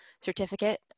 certificate